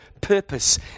purpose